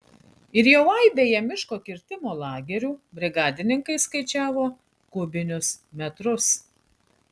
ir jau aibėje miško kirtimo lagerių brigadininkai skaičiavo kubinius metrus